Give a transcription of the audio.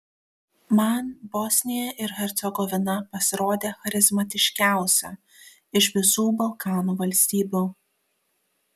man bosnija ir hercegovina pasirodė charizmatiškiausia iš visų balkanų valstybių